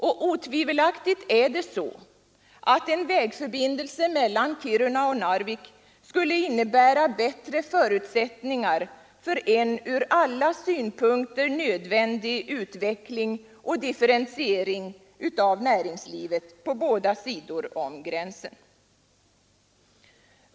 Och otvivelaktigt är det så, att en vägförbindelse mellan Kiruna och Narvik skulle innebära bättre förutsättningar för en från alla synpunkter nödvändig utveckling och differentiering av näringslivet på båda sidor om gränsen.